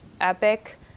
Epic